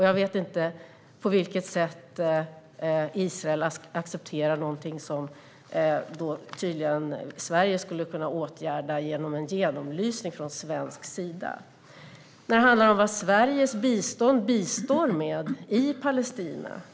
Jag vet inte på vilket sätt Israel accepterar någonting som Sverige tydligen skulle kunna åtgärda genom en genomlysning från svensk sida. Vad bistår då Sveriges bistånd med i Palestina?